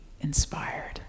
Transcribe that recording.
inspired